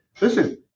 Listen